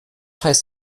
heißt